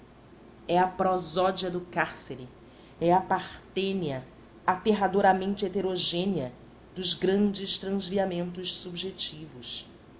é a prosódia do cárcere é a partênea aterradoramente heterogênea dos grandes transviamentos subjetivos